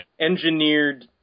engineered